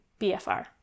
BFR